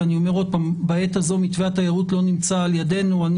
כי בעת הזאת מתווה התיירות לא נמצא על ידינו.